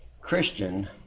Christian